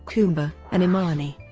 kuumba and imani.